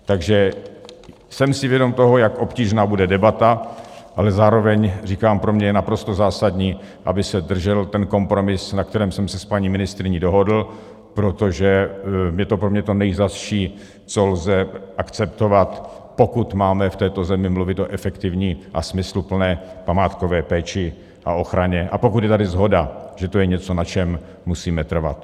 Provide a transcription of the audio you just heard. Takže jsem si vědom toho, jak obtížná bude debata, ale zároveň říkám, pro mě je naprosto zásadní, aby se držel ten kompromis, na kterém jsem se s paní ministryní dohodl, protože je to pro mě to nejzazší, co lze akceptovat, pokud máme v této zemi mluvit o efektivní a smysluplné památkové péči a ochraně a pokud je tady shoda, že to je něco, na čem musíme trvat.